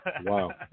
Wow